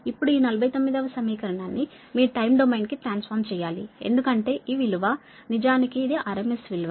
ఇప్పుడు ఈ 49 వ సమీకరణాన్ని మీ టైం డొమైన్ కి ట్రాన్సఫార్మ్ చెయ్యాలి ఎందుకంటే ఈ విలువ నిజానికి ఇది RMS విలువ